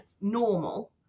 normal